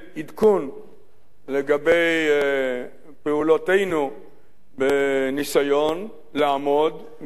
עדכון לגבי פעולותינו בניסיון לעמוד גם